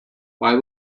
why